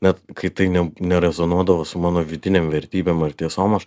bet kai tai ne nerezonuodavo su mano vidinėm vertybėm ar tiesom aš